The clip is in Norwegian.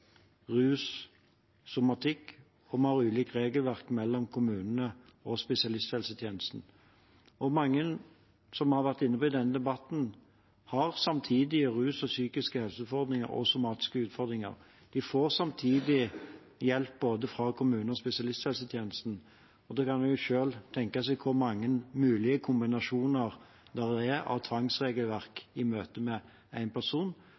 rus, somatikk, og kommunene og spesialisthelsetjenesten har ulikt regelverk. Mange har, som vi har vært inne på i denne debatten, samtidige rusrelaterte, psykiske og somatiske helseutfordringer. De får samtidig hjelp både fra kommune- og spesialisthelsetjenesten, og man kan selv tenke seg hvor mange mulige kombinasjoner det er av tvangsregelverk i møte med en person,